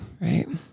Right